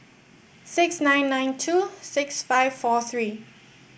six nine nine two six five four three